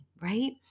right